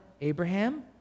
Abraham